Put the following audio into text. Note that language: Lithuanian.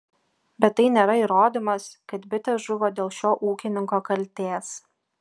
bet tai nėra įrodymas kad bitės žuvo dėl šio ūkininko kaltės